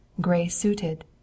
gray-suited